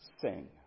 sing